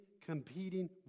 competing